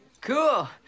Cool